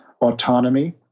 Autonomy